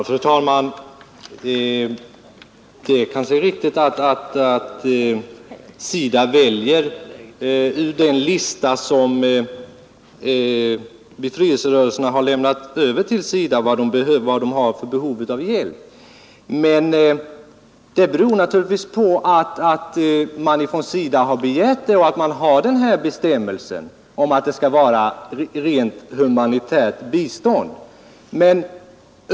Fru talman! Det kanske är riktigt att SIDA väljer på den lista som befrielserörelserna har lämnat till SIDA över sina hjälpbehov. Men den listan har man naturligtvis lämnat, därför att SIDA har begärt den och därför att vi har den här bestämmelsen om att det skall vara rent humanitärt bistånd.